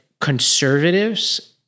conservatives